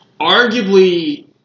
Arguably